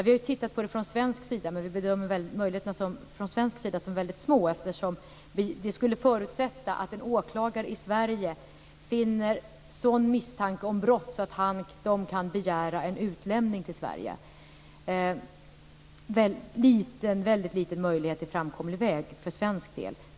Vi har tittat på det från svensk sida, men vi bedömer möjligheterna från svensk sida som väldigt små. Det skulle förutsätta att en åklagare i Sverige finner sådan misstanke om brott att han kan begära en utlämning till Sverige. Det är en väldigt liten möjlighet till framkomlig väg för svensk del.